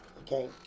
Okay